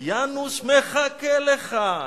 יאנוש מחכה לך".